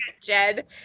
Jed